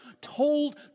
told